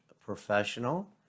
professional